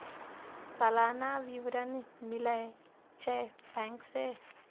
सलाना विवरण मिलै छै बैंक से?